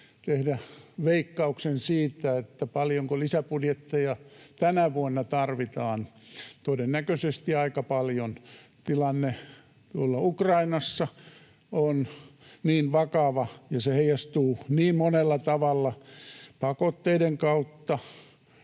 tehdä veikkauksen siitä, paljonko lisäbudjetteja tänä vuonna tarvitaan: todennäköisesti aika paljon. Tilanne tuolla Ukrainassa on niin vakava, ja se heijastuu niin monella tavalla pakotteiden ja